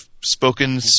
spoken